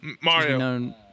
Mario